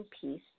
piece